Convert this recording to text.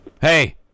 Hey